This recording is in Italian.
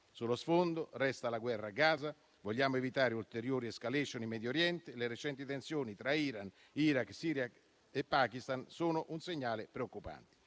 Sullo sfondo, resta la guerra a Gaza. Vogliamo evitare ulteriori *escalation* in Medio Oriente. Le recenti tensioni tra Iran, Iraq, Siria e Pakistan sono un segnale preoccupante.